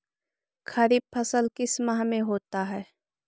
खरिफ फसल किस माह में होता है?